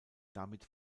damit